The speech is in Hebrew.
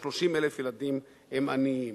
אותם 830,000 ילדים, הם עניים.